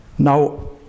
Now